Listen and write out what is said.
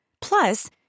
Plus